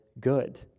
good